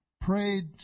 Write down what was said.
prayed